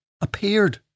appeared